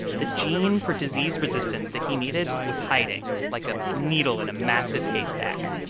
the gene for disease resistance that he needed was hiding like a needle in a massive haystack.